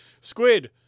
Squid